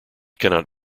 cannot